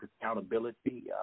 accountability